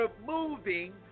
removing